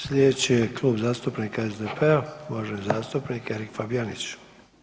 Sljedeći je Klub zastupnika SDP-a uvaženi zastupnik Erik Fabijanić.